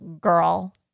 girl